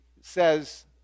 says